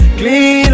clean